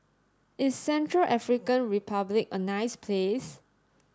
is Central African Republic a nice place